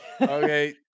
Okay